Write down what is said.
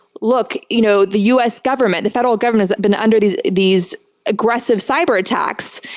look, you know the us government, the federal government's been under these these aggressive cyber attacks.